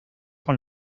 con